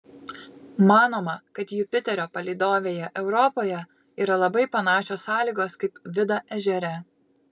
manoma kad jupiterio palydovėje europoje yra labai panašios sąlygos kaip vida ežere